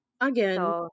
again